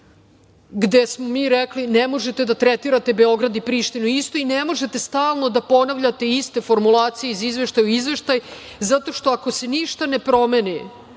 gde smo mi rekli – ne možete da tretirate Beograd i Prištinu isto i ne možete stalno da ponavljate iste formulacije iz izveštaja u izveštaj, zato što ako se ništa ne promeni